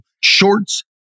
shorts